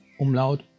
Umlaut